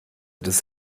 des